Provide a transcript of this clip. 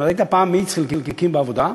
אם ראית פעם מאיץ חלקיקים בעבודה,